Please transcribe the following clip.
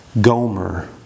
Gomer